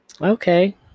Okay